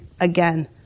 again